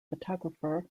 photographer